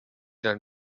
dann